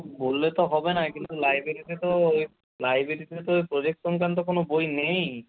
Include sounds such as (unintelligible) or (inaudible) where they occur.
বললে তো হবে না কিন্তু লাইব্রেরিতে তো (unintelligible) লাইব্রেরিতে তো প্রোজেক্ট সংক্রান্ত কোনো বই নেইই